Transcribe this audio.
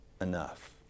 enough